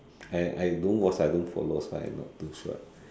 I I don't watch I don't follow so I not too sure